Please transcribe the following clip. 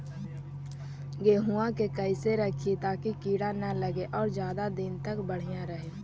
गेहुआ के कैसे रखिये ताकी कीड़ा न लगै और ज्यादा दिन तक बढ़िया रहै?